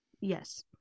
yes